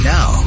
Now